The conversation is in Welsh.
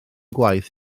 gwaith